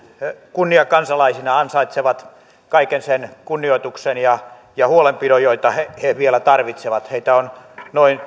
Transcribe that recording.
kunniakansalaisina ansaitsevat kaiken sen kunnioituksen ja ja huolenpidon joita he he vielä tarvitsevat heitä on noin